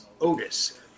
Otis